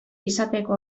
izateko